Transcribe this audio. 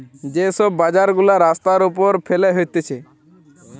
যে সব বাজার গুলা রাস্তার উপর ফেলে হচ্ছে